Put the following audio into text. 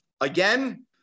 again